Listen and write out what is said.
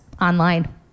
Online